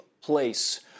place